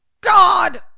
God